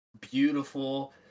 beautiful